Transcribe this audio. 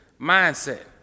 mindset